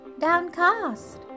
downcast